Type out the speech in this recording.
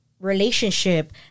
relationship